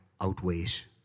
outweighs